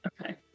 Okay